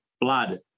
blood